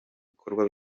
bikorwa